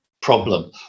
problem